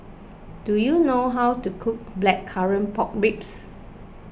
do you know how to cook Blackcurrant Pork Ribs